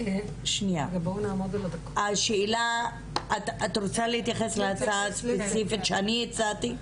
את רוצה להתייחס להצעה הספציפית שאני הצעתי?